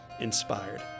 inspired